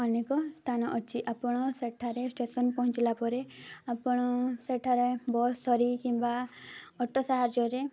ଅନେକ ସ୍ଥାନ ଅଛି ଆପଣ ସେଠାରେ ଷ୍ଟେସନ୍ ପହଞ୍ଚିଲା ପରେ ଆପଣ ସେଠାରେ ବସ୍ ଧରି କିମ୍ବା ଅଟୋ ସାହାଯ୍ୟରେ